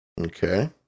Okay